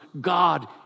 God